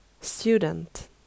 student